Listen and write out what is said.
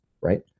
right